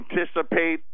anticipate